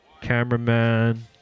cameraman